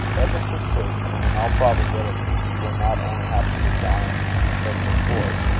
let her persist, and in all probability he will not only have to resign her perforce,